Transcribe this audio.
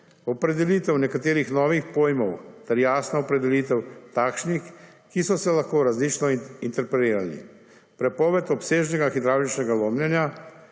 opredelitev nekaterih novih pojmov ter jasna opredelitev takšnih, ki so se lahko različno interpelirali, prepoved obsežnega hidravličnega lomljenja,